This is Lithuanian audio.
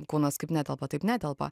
kūnas kaip netelpa taip netelpa